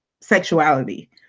sexuality